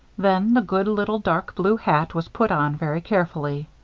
then the good little dark blue hat was put on very carefully.